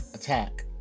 attack